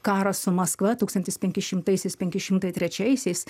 karas su maskva tūkstantis penkišimtaisiais penki šimtai trečiaisiais